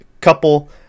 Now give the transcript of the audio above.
couple